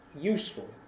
useful